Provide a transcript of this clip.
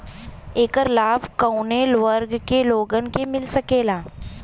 ऐकर लाभ काउने वर्ग के लोगन के मिल सकेला?